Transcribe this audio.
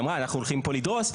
היא אמרה אנחנו הולכים פה לדרוס.